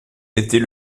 était